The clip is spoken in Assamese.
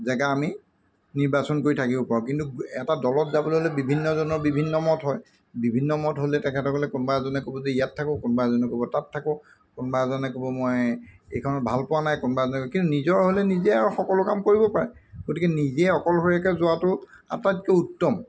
জেগা আমি নিৰ্বাচন কৰি থাকিব পাৰোঁ কিন্তু এটা দলত যাবলৈ হ'লে বিভিন্নজনৰ বিভিন্ন মত হয় বিভিন্ন মত হ'লে তেখেতসকলে কোনোবা এজনে ক'ব যে ইয়াত থাকোঁ কোনোবা এজনে ক'ব তাত থাকোঁ কোনোবা এজনে ক'ব মই এইখনত ভাল পোৱা নাই কোনোবা এজনে ক'ব কিন্তু নিজৰ হ'লে নিজে আৰু সকলো কাম কৰিব পাৰে গতিকে নিজে অকলশৰীয়াকে যোৱাটো আটাইতকৈ উত্তম